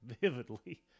vividly